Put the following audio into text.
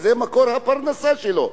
זה מקור הפרנסה שלו.